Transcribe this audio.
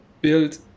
build